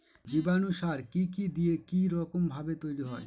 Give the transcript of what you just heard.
জীবাণু সার কি কি দিয়ে কি রকম ভাবে তৈরি হয়?